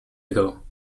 ago